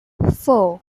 four